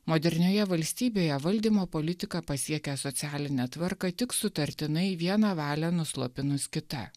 modernioje valstybėje valdymo politika pasiekia socialinę tvarką tik sutartinai vieną valią nuslopinus kita